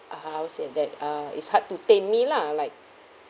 uh how's and that uh it's hard to take me lah like